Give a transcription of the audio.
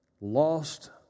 lost